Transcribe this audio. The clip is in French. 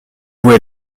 vouée